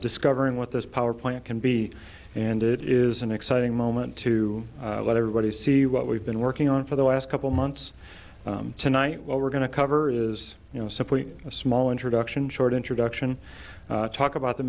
discovering what this power plant can be and it is an exciting moment to let everybody see what we've been working on for the last couple months tonight what we're going to cover is you know simply a small introduction short introduction talk about the